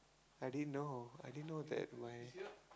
I didn't know I didn't know that my